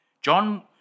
John